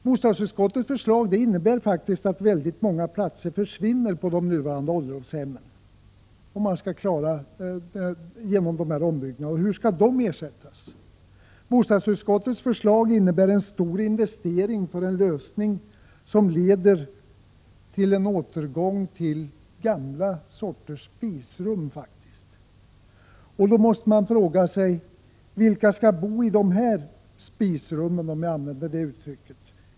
Bostadsutskottets förslag innebär att många platser försvinner på de nuvarande ålderdomshemmen genom dessa ombyggnader. Hur skall de ersättas? Bostadsutskottets förslag innebär en stor investering för en lösning som leder till en återgång till gamla sorters spisrum, om jag får använda det uttrycket. Då måste man fråga sig: Vilka skall bo i de spisrummen?